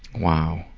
wow.